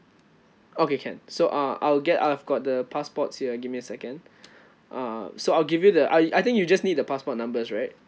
okay can so uh I'll get uh I've got the passports here give me a second uh so I'll give you the I I think you just need the passport numbers right